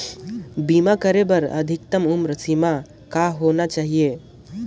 बीमा करे बर अधिकतम उम्र सीमा कौन होना चाही?